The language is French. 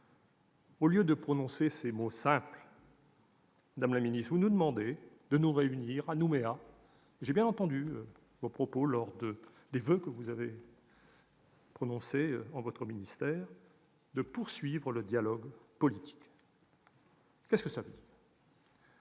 Au lieu de prononcer ces mots simples, madame la ministre, vous nous demandez de nous réunir à Nouméa- j'ai bien entendu vos propos lors des voeux que vous avez prononcés en votre ministère -pour poursuivre le dialogue politique. Qu'est-ce que cela veut dire ?